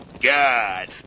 God